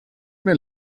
mir